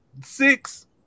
six